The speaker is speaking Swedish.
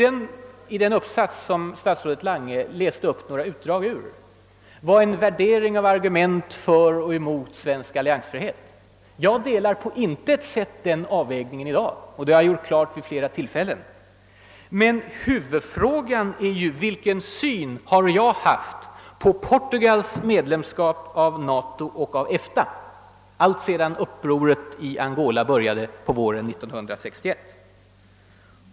Den uppsats, som statsråde Lange läste upp några utdrag ur, innehöll en vägning av skälen för och emot svensk alliansfrihet. Jag ansluter mig i dag på intet sätt till denna avvägning; det har jag vid flera tillfällen klargjort. Men huvudfrågan är ju vilken syn jag haft på Portugals medlemskap i västeuropeiska organisationer alltsedan upproret i Angola började på våren 1961.